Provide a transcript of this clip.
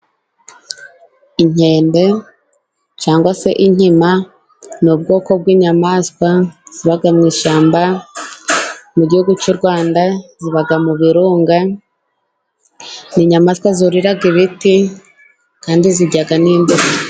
Inkende cyangwa se inkima ni ubwoko bw'inyamaswa ziba mu ishyamba. Mu gihugu cy'u Rwanda ziba mu birunga . Ni inyamaswa zurira ibiti kandi zirya n'imbuto.